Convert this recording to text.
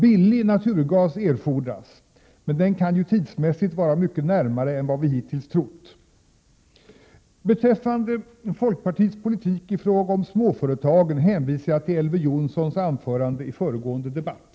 Billig naturgas erfordras — men den kan ju tidsmässigt vara mycket närmare än vad vi hittills trott. Beträffande folkpartiets politik i fråga om småföretagen hänvisar jag till Elver Jonssons anförande i föregående debatt.